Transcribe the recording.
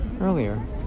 Earlier